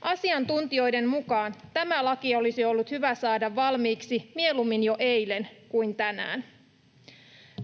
Asiantuntijoiden mukaan tämä laki olisi ollut hyvä saada valmiiksi mieluummin jo eilen kuin tänään.